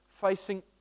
facing